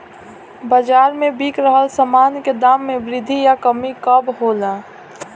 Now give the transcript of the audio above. बाज़ार में बिक रहल सामान के दाम में वृद्धि या कमी कब होला?